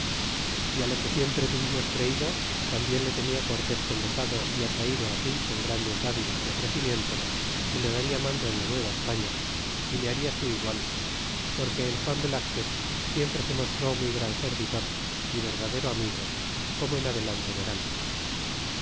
á lo que siempre tuvimos creido tambien le tenia cortés convocado y atraido á si con grandes dádivas y ofrecimientos que le darla mando en la nueva españa y le haria su igual porque el juan velazquez siempre se mostró muy gran servidor y verdadero amigo como en adelante verán